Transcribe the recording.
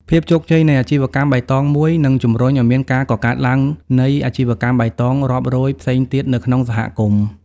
ភាពជោគជ័យនៃអាជីវកម្មបៃតងមួយ នឹងជម្រុញឱ្យមានការកកើតឡើងនៃអាជីវកម្មបៃតងរាប់រយផ្សេងទៀតនៅក្នុងសហគមន៍។